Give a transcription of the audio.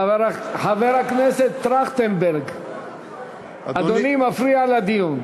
חבר הכנסת טרכטנברג, אדוני מפריע לדיון.